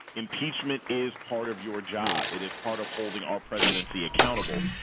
impeachment is part of your job. it is part of holding our presidency accountable.